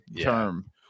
term